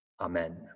Amen